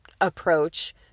approach